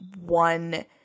one